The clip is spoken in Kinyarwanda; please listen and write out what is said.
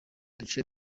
duce